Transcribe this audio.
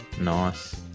Nice